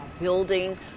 building